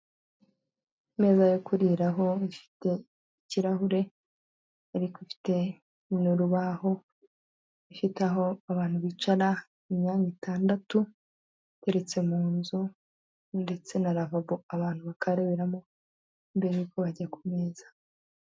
Imeza yo kuriraho ifite ikirahure, ariko ifite urubaho, ifiteho abantu bicara imyanya itandatu, iteretse mu nzu ndetse na lavabo abantu bakarebaberamo mbere y'uko bajya ku meza.